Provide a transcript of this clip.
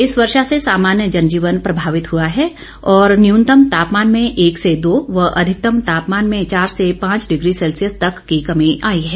इस वर्षा से सामान्य जनजीवन प्रभावित हुआ है और न्यूनतम तापमान में एक से दो व अधिकतम तापमान में चार से पांच डिग्री सेल्सियस तक की कमी आई है